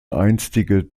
einstige